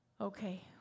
Okay